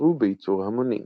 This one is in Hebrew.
יוצרו בייצור המוני.